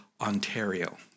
Ontario